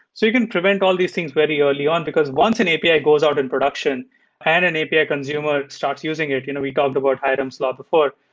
you can prevent all these things very early on, because once an api goes out in production and an api ah consumer starts using it, you know we talked about item slot before,